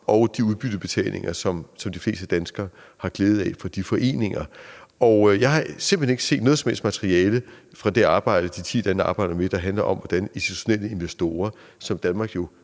og de udbyttebetalinger, som de fleste danskere har glæde af, fra de foreninger. Og jeg har simpelt hen ikke set noget som helst materiale fra det arbejde, som de ti lande arbejder med, der handler om, hvordan det vil ramme institutionelle investorer – som Danmark jo